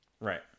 Right